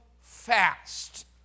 fast